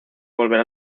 volver